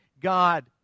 God